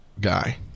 guy